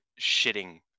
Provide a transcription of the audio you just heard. shitting